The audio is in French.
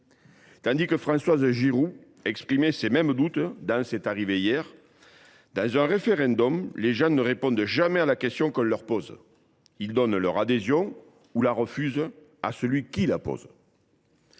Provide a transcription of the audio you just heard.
question. » Françoise Giroud exprimait les mêmes doutes dans :« Dans un référendum, les gens ne répondent jamais à la question qu’on leur pose. Ils donnent leur adhésion ou la refusent à celui qui la pose. »